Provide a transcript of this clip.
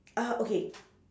uh okay